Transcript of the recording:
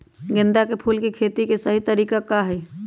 गेंदा के फूल के खेती के सही तरीका का हाई?